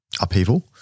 upheaval